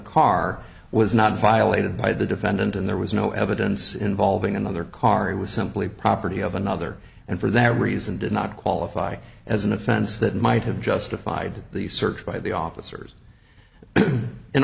car was not violated by the defendant and there was no evidence involving another car it was simply property of another and for that reason did not qualify as an offense that might have justified the search by the officers an